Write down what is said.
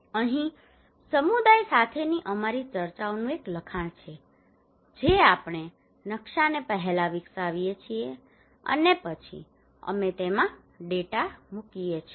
અહીં સમુદાય સાથેની અમારી ચર્ચાઓનું એક લખાણ છે જે આપણે નકશાને પહેલા વિકસાવીએ છીએ અને પછી અમે તેમાં ડેટા મૂકીએ છીએ